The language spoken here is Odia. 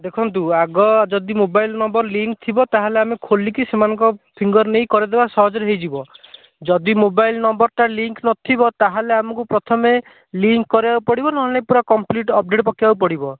ଦେଖନ୍ତୁ ଆଗ ଯଦି ମୋବାଇଲ୍ ନମ୍ବର ଲିଙ୍କ୍ ଥିବ ତା' ହେଲେ ଆମେ ଖୋଲିକି ସେମାନଙ୍କ ଫିଙ୍ଗର ନେଇ କରାଇଦେବା ସହଜରେ ହେଇଯିବ ଯଦି ମୋବାଇଲ୍ ନମ୍ବରଟା ଲିଙ୍କ୍ ନଥିବ ତା' ହେଲେ ଆମକୁ ପ୍ରଥମେ ଲିଙ୍କ୍ କରାଇବାକୁ ପଡ଼ିବ ନହେଲେ ନାହିଁ ପୁରା କମ୍ପ୍ଲିଟ୍ ଅପଡ଼େଟ୍ ପକାଇବାକୁ ପଡ଼ିବ